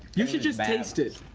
you should just taste it.